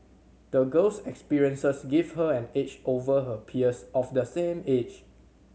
the girl's experiences gave her an edge over her peers of the same age